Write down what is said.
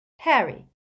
Harry